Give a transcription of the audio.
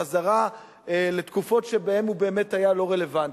בחזרה לתקופות שבהן הוא באמת היה לא רלוונטי.